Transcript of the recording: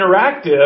interactive